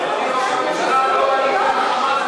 אדוני ראש הממשלה, לא ענית על ה"חמאס".